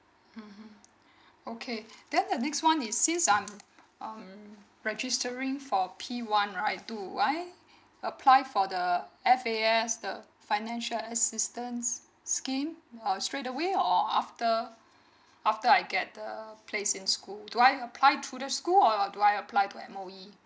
mm okay then the next one is since I'm um registering for p one right do I apply for the f a s the financial assistance scheme or straight away or after after I get the place in school do I apply through the school or do I applied to M_O_E